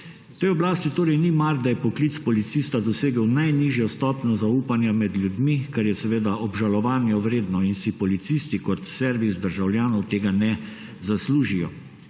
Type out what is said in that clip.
Tej oblasti torej ni mar, da je poklic policista dosegel najnižjo stopnjo zaupanja med ljudmi, kar je obžalovanja vredno in si policisti kot servis državljanov tega ne zaslužijo.